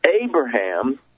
Abraham